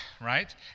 right